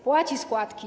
Płaci składki.